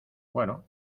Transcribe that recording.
bueno